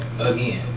Again